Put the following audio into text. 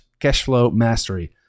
cashflowmastery